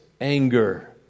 anger